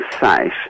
safe